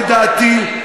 לדעתי,